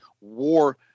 war –